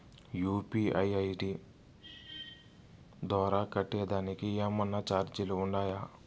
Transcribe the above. UPI ID ద్వారా కట్టేదానికి ఏమన్నా చార్జీలు ఉండాయా?